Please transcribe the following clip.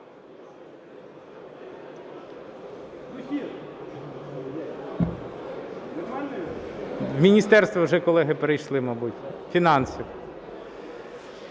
В міністерство вже колеги перейшли, мабуть, фінансів.